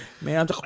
Man